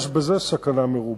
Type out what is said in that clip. ויש בזה סכנה מרובה.